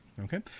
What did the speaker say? Okay